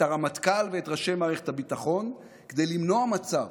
את הרמטכ"ל ואת ראשי מערכת הביטחון, כדי למנוע מצב